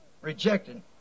rejected